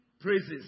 praises